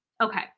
Okay